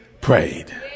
prayed